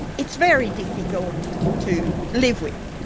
it's very difficult to live with.